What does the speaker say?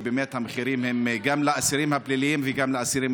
כי באמת המחירים גבוהים גם לאסירים הפליליים וגם לאסירים,